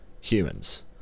Humans